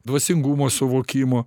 dvasingumo suvokimo